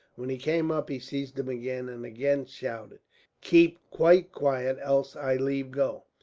when he came up he seized him again, and again shouted keep quite quiet, else i'll leave go.